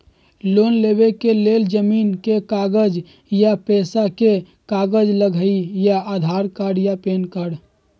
Loan लेवेके लेल जमीन के कागज या पेशा के कागज लगहई या आधार कार्ड या पेन कार्ड?